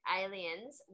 aliens